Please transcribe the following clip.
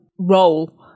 Role